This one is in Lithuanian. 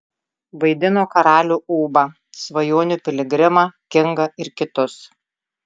vaidino karalių ūbą svajonių piligrimą kingą ir kitus